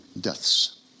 deaths